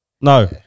No